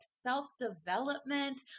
self-development